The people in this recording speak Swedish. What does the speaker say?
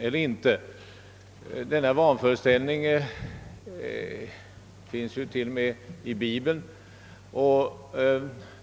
eller inte. Denna vanföreställning finns till och med i bibeln.